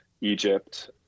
Egypt